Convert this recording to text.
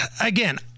again